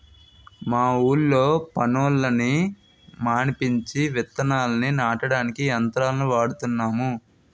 మా ఊళ్ళో పనోళ్ళని మానిపించి విత్తనాల్ని నాటడానికి యంత్రాలను వాడుతున్నాము